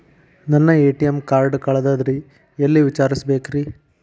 ನನ್ನ ATM card ಕಳದದ್ರಿ ಎಲ್ಲಿ ವಿಚಾರಿಸ್ಬೇಕ್ರಿ?